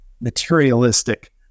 materialistic